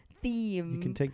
theme